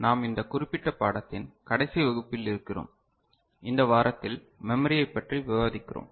நாம் இந்த குறிப்பிட்ட பாடத்தின் கடைசி வகுப்பில் இருக்கிறோம் இந்த வாரத்தில் மெமரியைப் பற்றி விவாதிக்கிறோம்